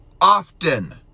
often